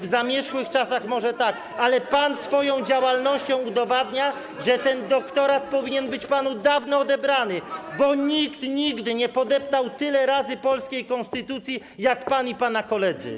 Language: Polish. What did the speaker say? W zamierzchłych czasach może tak, ale pan swoją działalnością udowadnia, że ten doktorat powinien być panu dawno odebrany, bo nikt nigdy nie podeptał polskiej konstytucji tyle razy, ile pan i pana koledzy.